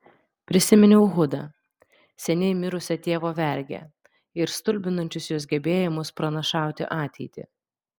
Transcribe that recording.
prisiminiau hudą seniai mirusią tėvo vergę ir stulbinančius jos gebėjimus pranašauti ateitį